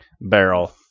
barrel